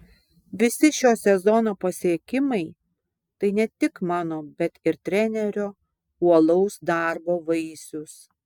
visi šio sezono pasiekimai tai ne tik mano bet ir trenerio uolaus darbo vaisius